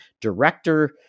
director